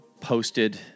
posted